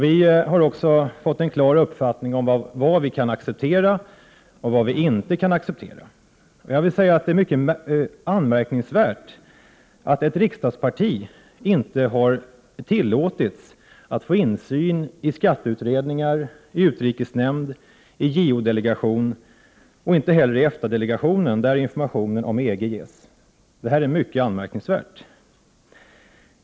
Vi har också fått en klar uppfattning om vad vi kan acceptera och vad vi inte kan acceptera. Det är mycket anmärkningsvärt att ett riksdagsparti inte har tillåtits att få insyn i skatteutredningar, utrikesnämnden, JO-delegatio nen och inte heller EFTA-delegationen, där informationen om EG ges.